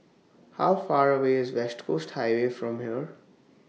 How Far away IS West Coast Highway from here